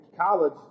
college